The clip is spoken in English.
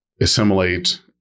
assimilate